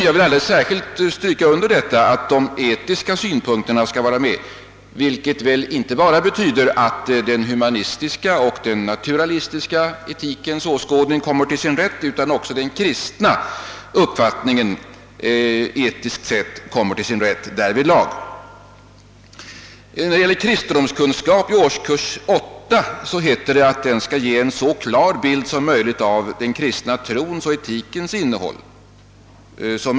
Jag vill kraftigt understryka att de etiska synpunkterna skall finnas med, vilket väl betyder att inte bara den humanistiska och den naturalistiska utan också den kristna etikens åskådning kommer till sin rätt. När det gäller kristendomskunskap i årskurs 8 heter det att den skall ge en så klar bild som möjligt av den kristna trons och etikens innehåll.